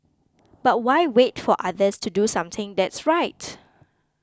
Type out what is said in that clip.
but why wait for others to do something that's right